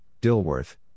Dilworth